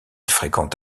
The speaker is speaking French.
fréquente